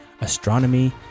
astronomy